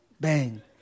Bang